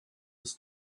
des